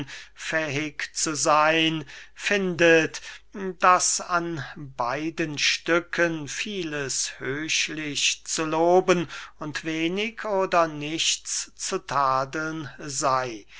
fähig zu seyn findet daß an beiden stücken vieles höchlich zu loben und wenig oder nichts zu tadeln sey